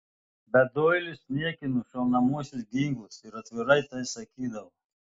bet doilis niekino šaunamuosius ginklus ir atvirai tai sakydavo